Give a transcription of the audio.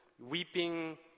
weeping